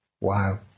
Wow